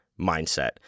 mindset